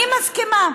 אני מסכימה,